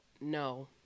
no